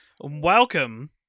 Welcome